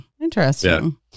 interesting